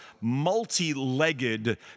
multi-legged